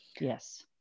Yes